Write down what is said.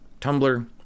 Tumblr